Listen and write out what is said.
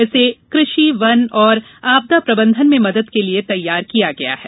इसे कृषि वन और आपदा प्रबंधन में मदद के लिए तैयार किया गया है